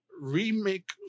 remake